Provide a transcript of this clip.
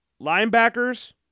Linebackers